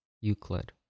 Euclid